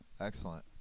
Excellent